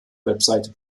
webseite